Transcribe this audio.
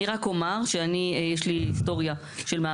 אני רק אומר שאני יש לי היסטוריה של מאבק.